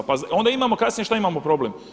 Onda imamo, kasnije šta imamo problem?